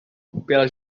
pela